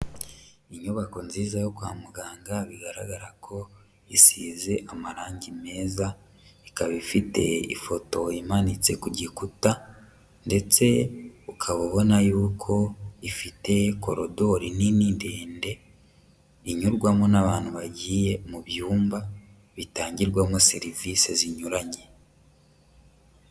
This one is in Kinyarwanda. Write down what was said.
Inyubako nziza yo kwa muganga bigaragara ko isize amarangi meza, ikaba ifite ifoto imanitse ku gikuta, ndetse ukaba ubona yuko ifite korodori nini ndende, inyurwamo n'abantu bagiye mu byumba bitangirwamo serivisi zinyuranye.